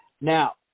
Now